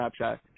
Snapchat